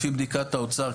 לפי בדיקת האוצר,